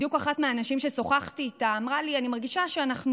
בדיוק אחת מהנשים ששוחחתי איתן אמרה לי: אני מרגישה שאנחנו